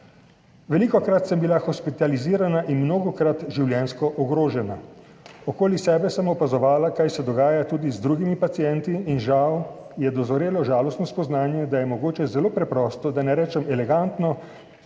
»Velikokrat sem bila hospitalizirana in mnogokrat življenjsko ogrožena. Okoli sebe sem opazovala, kaj se dogaja tudi z drugimi pacienti in žal je dozorelo žalostno spoznanje, da je mogoče zelo preprosto, da ne rečem elegantno,